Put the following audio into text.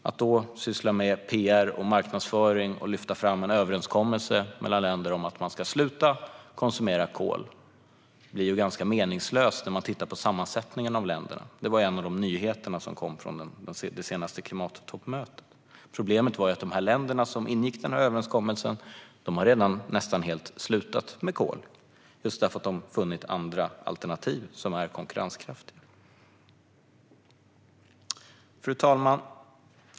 Att då syssla med pr och marknadsföring och lyfta fram en överenskommelse mellan länder om att man ska sluta konsumera kol blir ganska meningslöst när man tittar på sammansättningen av länderna. Det var en av de nyheter som kom från det senaste klimattoppmötet. Problemet var att de länder som ingick denna överenskommelse redan nästan helt har slutat med kol just därför att de har funnit andra alternativ som är konkurrenskraftiga. Fru talman!